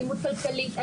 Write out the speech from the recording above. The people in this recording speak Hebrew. אלימות כלכלית.